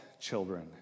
children